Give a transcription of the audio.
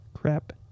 crap